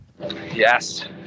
Yes